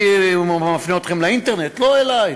אני מפנה אתכם לאינטרנט, לא אלי.